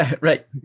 right